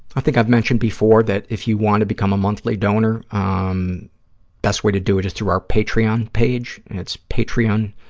i think i've mentioned before that if you want to become a monthly donor, the um best way to do it is through our patreon page. and it's patreon,